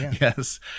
Yes